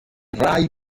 ray